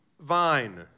vine